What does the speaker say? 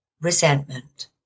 Resentment